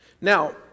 Now